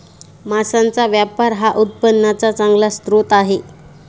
मांसाचा व्यापार हा उत्पन्नाचा चांगला स्रोत आहे